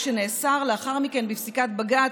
בכפייה, שנאסר לאחר מכן בפסיקת בג"ץ,